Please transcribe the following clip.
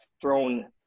thrown